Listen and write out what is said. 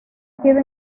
sido